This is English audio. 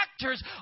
actors